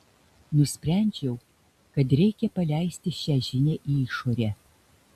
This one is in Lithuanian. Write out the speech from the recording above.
nusprendžiau kad reikia paleisti šią žinią į išorę